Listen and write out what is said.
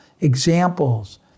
examples